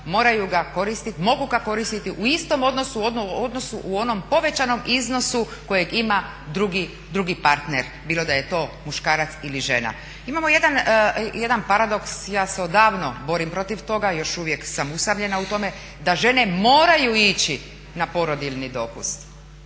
moraju ga mogu ga koristiti u istom odnosu u onom povećanom iznosu kojeg ima drugi partner, bilo da je to muškarac ili žena. Imamo jedan paradoks, ja se odavno borim protiv toga još uvijek sam usamljena u tome, da žene moraju ići na porodiljni dopust,